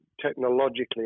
technologically